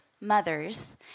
mothers